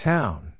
Town